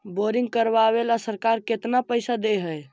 Boring करबाबे ल सरकार केतना पैसा दे है?